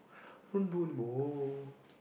I don't want to do anymore